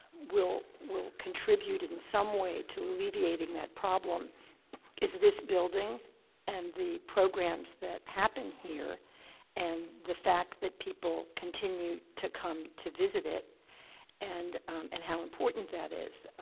will will contribute in some way to alleviating that problem is this building and the programs that happen here and the fact that people continue to come to visit it and and how important that is.